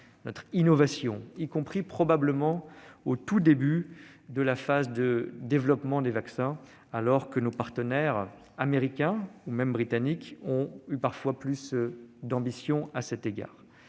notre innovation, y compris probablement au tout début de la phase de développement des vaccins, alors que nos partenaires américains, ou même britanniques, ont parfois eu plus d'ambition à cet égard.